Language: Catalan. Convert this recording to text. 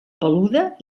peluda